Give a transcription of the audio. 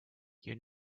you